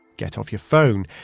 get off your phone.